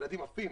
ילדים עפים.